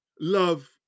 Love